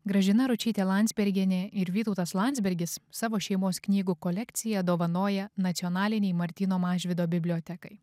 gražina ručytė landsbergienė ir vytautas landsbergis savo šeimos knygų kolekciją dovanoja nacionalinei martyno mažvydo bibliotekai